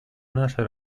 наша